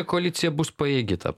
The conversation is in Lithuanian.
koalicija bus pajėgi tą